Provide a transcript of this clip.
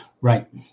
Right